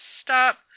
stop